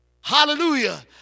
hallelujah